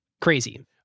Crazy